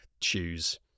choose